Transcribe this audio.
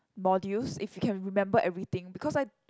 modules if you can remember everything because I